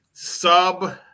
Sub